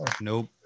Nope